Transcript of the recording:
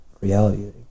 reality